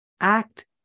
act